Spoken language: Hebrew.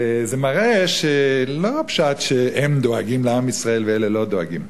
זה מראה שלא הפשט שהם דואגים לעם ישראל ואלה לא דואגים,